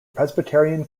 presbyterian